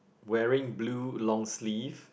wearing blue long sleeve